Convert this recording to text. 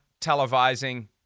televising